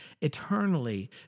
Eternally